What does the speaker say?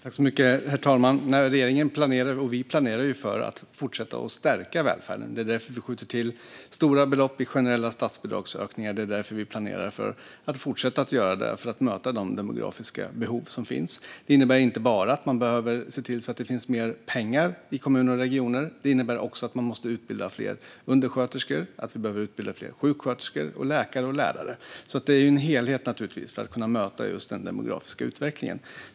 Herr talman! Vi och regeringen planerar för att fortsätta stärka välfärden. Det är därför vi skjuter till stora belopp för generella statsbidragsökningar, och det är därför vi planerar för att fortsätta att göra det - för att möta de demografiska behov som finns. Det innebär inte bara att vi behöver se till att det finns mer pengar i kommuner och regioner. Det innebär också att det måste utbildas fler undersköterskor, sjuksköterskor, läkare och lärare. Det är naturligtvis en helhet för att kunna möta just den demografiska utvecklingen.